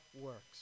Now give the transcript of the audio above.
works